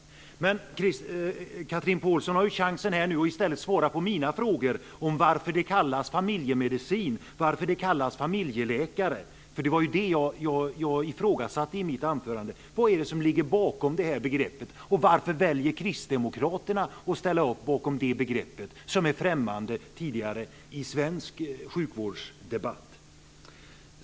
Nu har ju Chatrine Pålsson chansen att i stället svara på mina frågor om varför det kallas familjemedicin och varför det kallas familjeläkare. Det var det jag ifrågasatte i mitt anförande. Vad är det som ligger bakom det här begreppet? Varför väljer Kristdemokraterna att ställa upp bakom det begreppet, som tidigare varit främmande i svensk sjukvårdsdebatt?